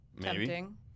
Tempting